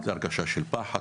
יש הרגשה של פחד,